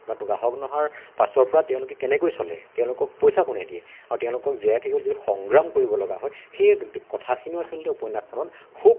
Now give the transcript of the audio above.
বা গ্ৰাহক নহাৰ পাছৰ পৰা তেওঁলোকে কেনেকৈ চলে তেওঁলোকক পইচা কোনে দিয়ে আৰু তেওঁলোকক জীয়াই থাকিবলৈ যি সংগ্ৰাম কৰিব লগা হয় সেই কথাখিনিও আচলতে উপন্যাসখনত খুব